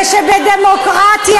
ושבדמוקרטיה,